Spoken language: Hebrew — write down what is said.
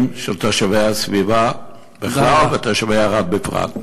של תושבי הסביבה בכלל ותושבי ערד בפרט.